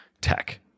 tech